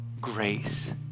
grace